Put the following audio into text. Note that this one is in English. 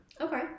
Okay